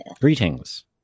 Greetings